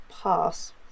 pass